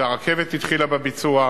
שהרכבת התחילה בביצוע.